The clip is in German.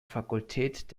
fakultät